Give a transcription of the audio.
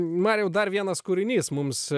mariau jau dar vienas kūrinys mums